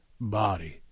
body